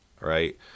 right